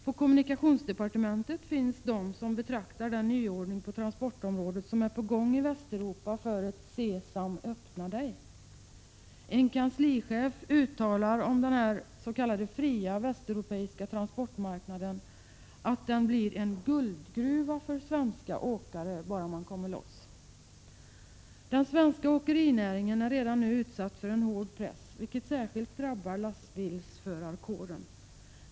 På kommunikationsdepartementet finns de som betraktar den nyordning på transportområdet som är på gång i Västeuropa som ett Sesam öppna dig. En kanslichef uttalar om denna s.k. fria västeuropeiska transportmarknad att den blir en guldgruva för svenska åkare, bara man kommer loss. Den svenska åkerinäringen är redan nu utsatt för en hård press, vilket särskilt drabbar lastbilsförarkåren.